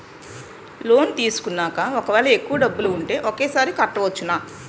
Loan తీసుకున్నాక ఒకవేళ ఎక్కువ డబ్బులు ఉంటే ఒకేసారి కట్టవచ్చున?